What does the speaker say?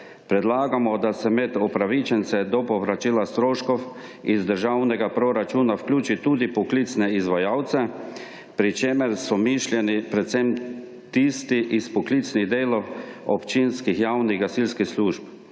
predlagamo, da se med opravičence do povračila stroškov iz državnega proračuna vključi tudi poklicne izvajalce, pri čemer so mišljeni predvsem tisti iz poklicnih delov občine, javne, gasilskih služb.